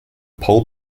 pole